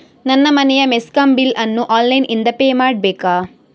ನನ್ನ ಮನೆಯ ಮೆಸ್ಕಾಂ ಬಿಲ್ ಅನ್ನು ಆನ್ಲೈನ್ ಇಂದ ಪೇ ಮಾಡ್ಬೇಕಾ?